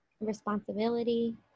responsibility